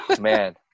man